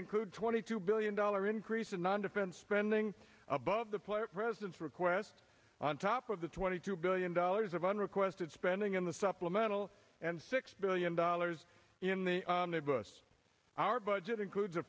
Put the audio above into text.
include twenty two billion dollar increase in non defense spending above the player president's request on top of the twenty two billion dollars of unrequested spending in the supplemental and six billion dollars in the us our budget includes a